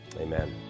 amen